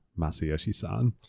masayoshi son.